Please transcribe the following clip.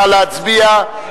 נא להצביע.